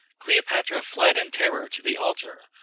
cleopatra fled in terror to the altar,